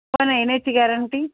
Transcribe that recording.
पण येण्याची गॅरंटी